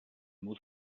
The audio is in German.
muss